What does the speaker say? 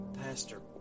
Pastor